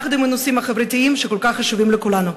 יחד עם הנושאים החברתיים שכל כך חשובים לכולנו.